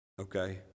okay